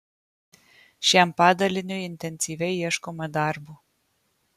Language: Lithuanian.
šiam padaliniui intensyviai ieškoma darbo